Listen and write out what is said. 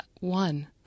one